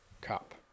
Cup